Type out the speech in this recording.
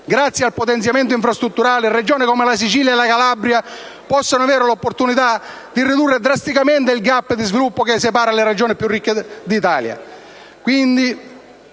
grazie al potenziamento infrastrutturale, Regioni come la Sicilia e la Calabria possano avere l'opportunità di ridurre drasticamente il *gap* di sviluppo che le separa dalle Regioni più ricche d'Italia.